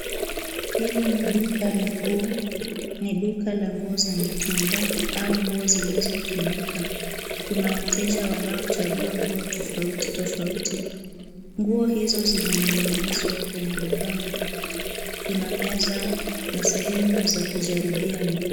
Hili ni duka la nguo. Ni duka la nguo za mitumba au nguo zilizotumika. Kuna wateja wanaochagua nguo tofautitofauti. Nguo hizo zimening'inizwa kwenye mabano. Kuna meza na sehemu za kujaribia nguo.